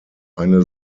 eine